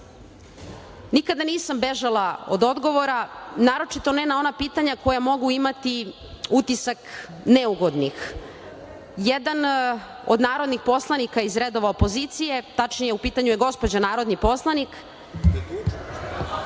nikada nisam bežala od odgovora, naročito ne na ona pitanja koja mogu imati utisak neugodnih. Jedan od narodnih poslanika iz redova opozicije, tačnije, u pitanju je gospođa narodni poslanik